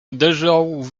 uderzał